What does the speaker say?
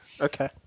Okay